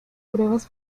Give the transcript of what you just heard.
pruebas